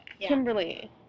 Kimberly